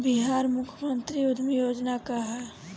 बिहार मुख्यमंत्री उद्यमी योजना का है?